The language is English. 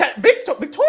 Victoria